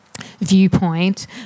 viewpoint